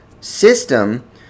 system